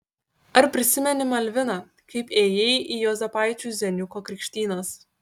ar prisimeni malvina kaip ėjai į juozapaičių zeniuko krikštynas